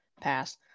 pass